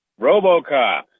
Robocop